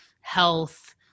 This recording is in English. health